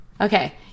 Okay